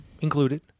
included